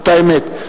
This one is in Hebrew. זאת האמת.